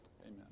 Amen